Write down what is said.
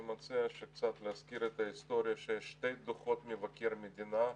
אני מציע קצת להזכיר את ההיסטוריה של שני דוחות מבקר המדינה,